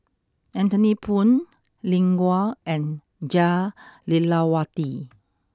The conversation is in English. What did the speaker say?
Anthony Poon Lin Gao and Jah Lelawati